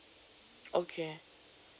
okay